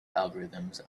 algorithms